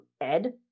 Ed